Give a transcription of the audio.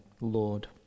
Lord